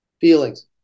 feelings